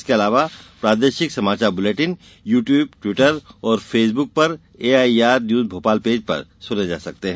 इसके अलावा प्रादेशिक समाचार बुलेटिन यू ट्यूब ट्विटर और फेसबुक पर एआईआर न्यूज भोपाल पेज पर सुने जा सकते हैं